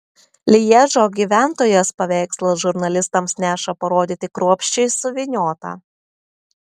lježo gyventojas paveikslą žurnalistams neša parodyti kruopščiai suvyniotą